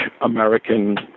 American